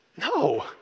No